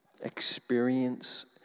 Experience